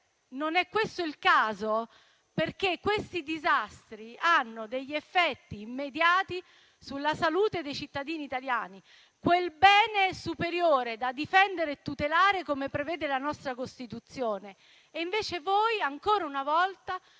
non è questo il caso, perché questi disastri hanno degli effetti immediati sulla salute dei cittadini italiani, quel bene superiore da difendere e tutelare, come prevede la nostra Costituzione. Invece voi, ancora una volta,